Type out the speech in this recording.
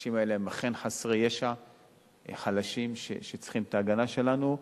האנשים האלה הם אכן חסרי ישע וחלשים שצריכים את ההגנה שלנו,